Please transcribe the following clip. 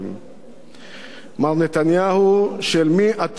מר נתניהו, של מי אתה ראש הממשלה?